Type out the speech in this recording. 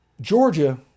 Georgia